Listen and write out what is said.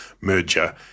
merger